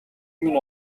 минь